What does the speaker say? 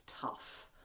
tough